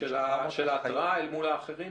הרי